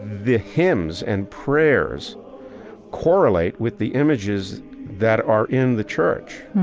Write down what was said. the hymns and prayers correlate with the images that are in the church,